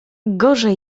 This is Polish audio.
gorzej